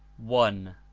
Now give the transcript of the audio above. one